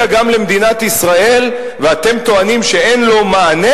גם למדינת ישראל ואתם טוענים שאין לו מענה?